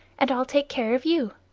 and i'll take care of you.